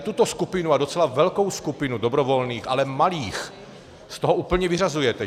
Tuto skupinu, a docela velkou skupinu, dobrovolných, ale malých z toho úplně vyřazujete.